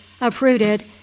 uprooted